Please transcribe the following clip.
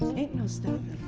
ain't no stopping.